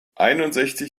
einundsechzig